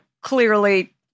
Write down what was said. clearly